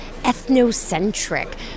ethnocentric